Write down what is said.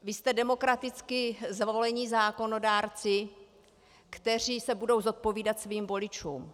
Vy jste demokraticky zvolení zákonodárci, kteří se budou zodpovídat svým voličům.